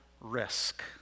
risk